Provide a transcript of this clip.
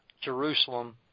Jerusalem